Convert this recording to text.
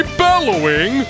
bellowing